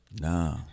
Nah